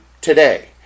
Today